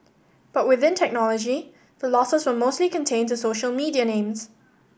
but within technology the losses were mostly contained to social media names